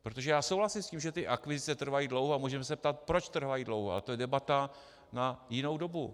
Protože já souhlasím s tím, že ty akvizice trvají dlouho, a můžeme se ptát, proč trvají dlouho, a to je debata na jinou dobu.